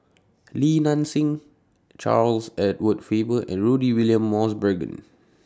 Li Nanxing Charles Edward Faber and Rudy William Mosbergen